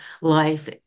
life